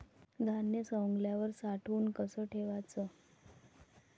धान्य सवंगल्यावर साठवून कस ठेवाच?